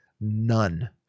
None